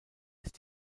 ist